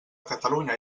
catalunya